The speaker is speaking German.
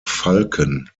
falken